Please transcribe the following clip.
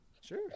Sure